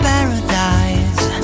Paradise